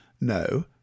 no